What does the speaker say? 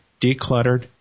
decluttered